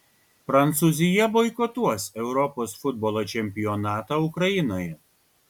prancūzija boikotuos europos futbolo čempionatą ukrainoje